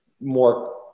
more